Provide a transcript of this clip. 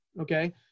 Okay